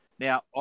Now